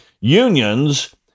union's